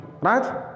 right